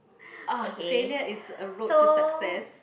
ah failure is a road to success